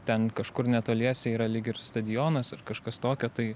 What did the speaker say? ten kažkur netoliese yra lyg ir stadionas ar kažkas tokio tai